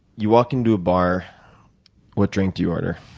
you walk into a bar what drink do you order?